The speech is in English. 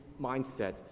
mindset